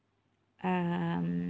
um